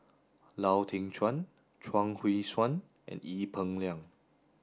Lau Teng Chuan Chuang Hui Tsuan and Ee Peng Liang